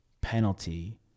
penalty-